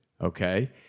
okay